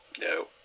no